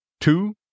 Two